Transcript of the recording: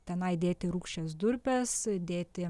tenai dėti rūgščias durpes dėti